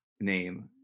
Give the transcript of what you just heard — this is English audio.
name